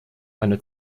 eine